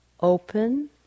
Open